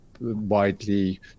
widely